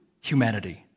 humanity